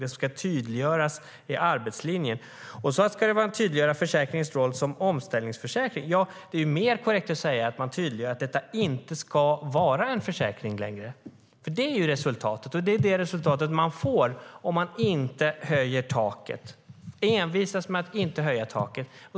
Det som ska tydliggöras är arbetslinjen och försäkringens roll som omställningsförsäkring. Det är mer korrekt att säga att man tydliggör att detta inte ska vara en försäkring längre. Det är det som är resultatet, och det är det resultat som man får om man envisas med att inte höja taket.